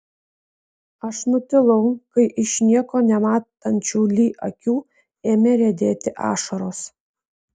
aš nutilau kai iš nieko nematančių li akių ėmė riedėti ašaros